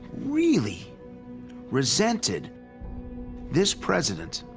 really resented this president